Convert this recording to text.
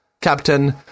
Captain